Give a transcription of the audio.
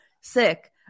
sick